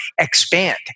expand